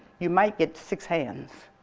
you might get six hands,